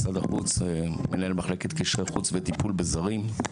משרד החוץ, מנהל מחלקת קשרי חוץ וטיפול בזרים.